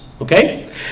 Okay